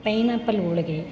pineapple ಹೋಳಿಗೆ